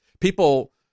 People